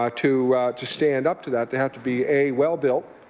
ah to to stand up to that, they have to be, a, well-built,